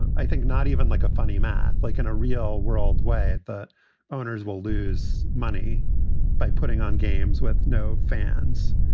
i think not even like a funny math, like in a real world way that owners will lose money by putting on games with no fans.